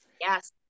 Yes